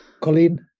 Colleen